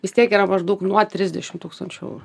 vis tiek yra maždaug nuo trisdešim tūkstančių